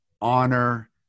honor